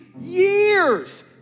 years